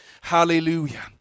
Hallelujah